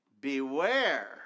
beware